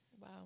Wow